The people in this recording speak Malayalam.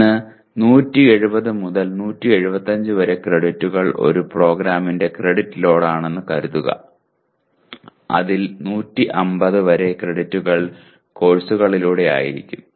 ഇന്ന് 170 മുതൽ 175 വരെ ക്രെഡിറ്റുകൾ ഒരു പ്രോഗ്രാമിന്റെ ക്രെഡിറ്റ് ലോഡാണെന്ന് കരുതുക അതിൽ 150 വരെ ക്രെഡിറ്റുകൾ കോഴ്സുകളിലൂടെ ആയിരിക്കും